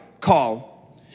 call